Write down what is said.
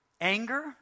anger